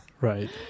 Right